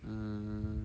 mm